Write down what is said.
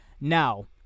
Now